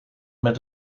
met